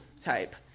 type